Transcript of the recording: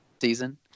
season